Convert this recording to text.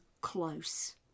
close